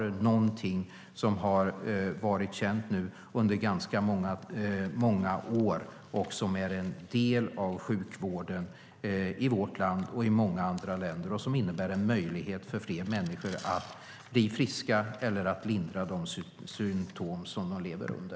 Det är ändå någonting som har varit känt under ganska många år och som är en del av sjukvården i vårt land och i många andra länder. Biosimilarer innebär en möjlighet för fler människor att bli friska eller att lindra de symtom som de lever med.